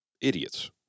idiots